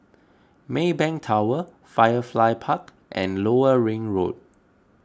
Maybank Tower Firefly Park and Lower Ring Road